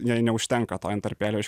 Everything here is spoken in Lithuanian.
jai neužtenka to intarpėlio iš